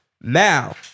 Now